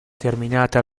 terminata